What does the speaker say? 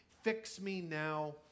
fix-me-now